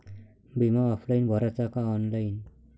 बिमा ऑफलाईन भराचा का ऑनलाईन?